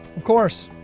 of course.